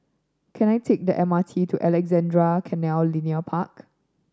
can I take the M R T to Alexandra Canal Linear Park